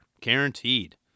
Guaranteed